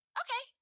okay